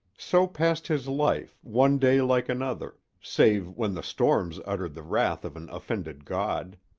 so passed his life, one day like another, save when the storms uttered the wrath of an offended god.